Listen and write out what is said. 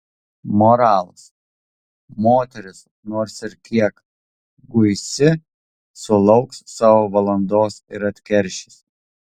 moralas moteris nors ir kiek guisi sulauks savo valandos ir atkeršys